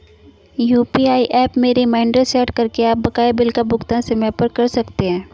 UPI app में reminder set करके आप बकाया बिल का भुगतान समय पर कर सकते हैं